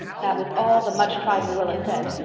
that was all the much-tried marilla said,